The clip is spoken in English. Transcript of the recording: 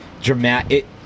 dramatic